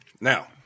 Now